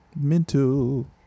Mental